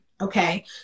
okay